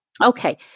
okay